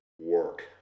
work